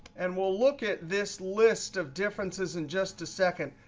and we'll look at this list of differences in just a second,